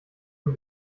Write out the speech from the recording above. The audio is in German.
und